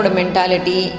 mentality